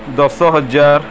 ଦଶ ହଜାର